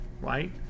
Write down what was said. right